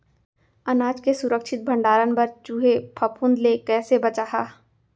अनाज के सुरक्षित भण्डारण बर चूहे, फफूंद ले कैसे बचाहा?